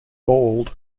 bald